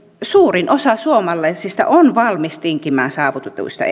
suurin osa suomalaisista on valmiita tinkimään saavutetuista